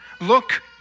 Look